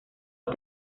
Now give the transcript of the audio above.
los